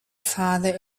father